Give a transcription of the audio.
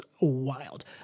wild